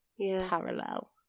parallel